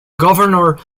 governor